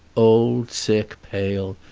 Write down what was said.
old, sick, pale,